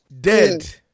Dead